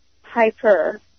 Hyper